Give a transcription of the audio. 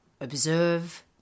observe